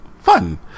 fun